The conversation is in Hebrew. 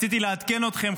רציתי לעדכן אתכם,